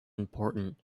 important